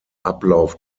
ablauf